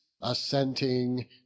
assenting